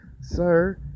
sir